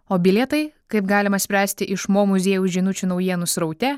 o bilietai kaip galima spręsti iš mo muziejaus žinučių naujienų sraute